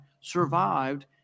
survived